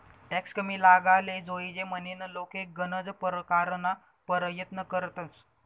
tax कमी लागाले जोयजे म्हनीन लोके गनज परकारना परयत्न करतंस